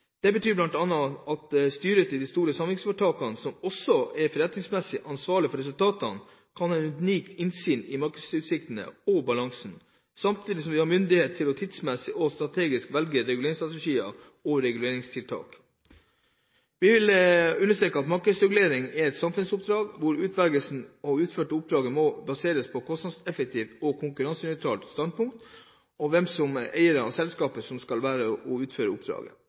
Det betyr bl.a. at styret i de store samvirkeforetakene, som også er forretningsmessig ansvarlig for resultatene, kan ha et unikt innsyn i markedsutsiktene og balansen, samtidig som de har myndighet til tidsmessig og strategisk å velge reguleringsstrategier og reguleringstiltak. Vi vil understreke at markedsreguleringen er et samfunnsoppdrag hvor utvelgelsen til å utføre oppdraget må baseres mer på et kostnadseffektivt og konkurransenøytralt standpunkt enn på hvem som er eiere av det selskapet som skal utføre oppdraget.